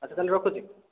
ଆଚ୍ଛା ତାହେଲେ ରଖୁଛି